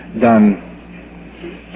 done